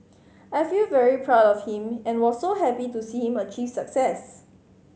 I feel very proud of him and was so happy to see him achieve success